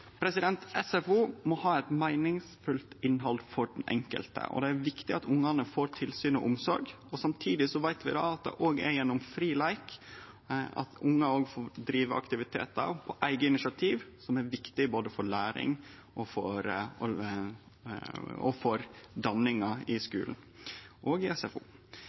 SFO må ha eit meiningsfullt innhald for den enkelte, og det er viktig at ungane får tilsyn og omsorg. Samtidig veit vi at fri leik, det at ungar får drive med aktivitetar på eige initiativ, er viktig for både læring og danning i skulen og i SFO. Ungane må få nok tid til fri leik. Dei vaksenstyrte og